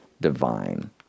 divine